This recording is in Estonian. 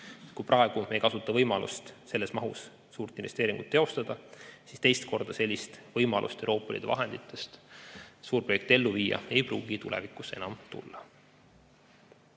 Kui me praegu ei kasuta võimalust selles mahus suurt investeeringut teostada, siis teist korda sellist võimalust Euroopa Liidu vahenditest suurprojekti ellu viia ei pruugi tulevikus enam tulla.